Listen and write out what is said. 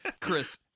Chris